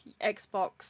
Xbox